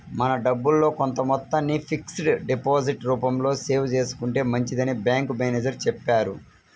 మన డబ్బుల్లో కొంత మొత్తాన్ని ఫిక్స్డ్ డిపాజిట్ రూపంలో సేవ్ చేసుకుంటే మంచిదని బ్యాంకు మేనేజరు చెప్పారు